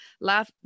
laugh